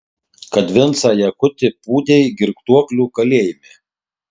kad vincą jakutį pūdei girtuoklių kalėjime